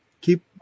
Keep